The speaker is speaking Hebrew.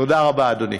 תודה רבה, אדוני.